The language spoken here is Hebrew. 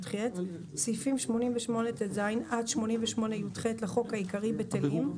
88יח סעיפים 88טז עד 88יח לחוק העיקרי בטלים.